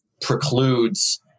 precludes